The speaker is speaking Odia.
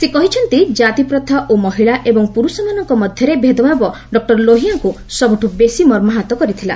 ସେ କହିଛନ୍ତି କାତିପ୍ରଥା ଓ ମହିଳା ଏବଂ ପୁରୁଷମାନଙ୍କ ମଧ୍ୟରେ ଭେଦଭାବ ଡକ୍ଟର ଲୋହିଆଙ୍କୁ ସବୁଠୁ ବେଶି ମର୍ମାହତ କରିଥିଲା